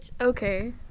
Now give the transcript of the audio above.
Okay